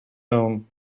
own